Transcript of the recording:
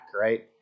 right